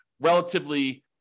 relatively